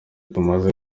tumaze